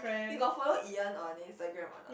you got follow Ian on Instagram or not